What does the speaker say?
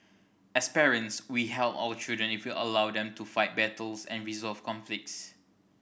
as parents we help our children if we allow them to fight battles and resolve conflicts